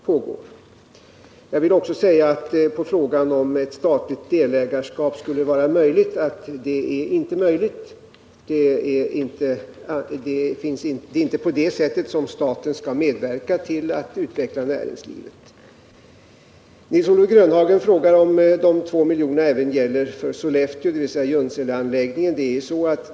På frågan om huruvida ett statligt delägarskap skulle vara möjligt vill jag svara att det är inte möjligt. Det är inte på det sättet som staten skall medverka till att utveckla näringslivet. Nils-Olof Grönhagen frågade om de 2 miljonerna även gäller för Sollefteå, dvs. Junseleanläggningen.